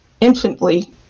infinitely